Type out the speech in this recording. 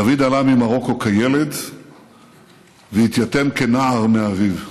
דוד עלה ממרוקו כילד והתייתם כנער מאביו.